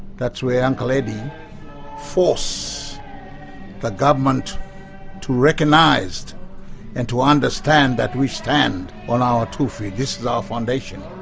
that's where uncle eddie forced the government to recognise and to understand that we stand on our two feet, this is our foundation.